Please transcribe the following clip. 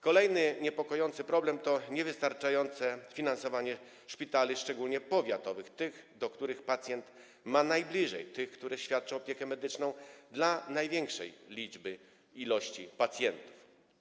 Kolejny niepokojący problem to niewystarczające finansowanie szpitali, szczególnie powiatowych, tych, do których pacjent ma najbliżej, tych, które świadczą opiekę medyczną dla największej liczby pacjentów.